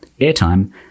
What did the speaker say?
Airtime